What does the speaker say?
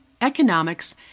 economics